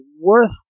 worth